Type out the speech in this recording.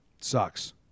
Sucks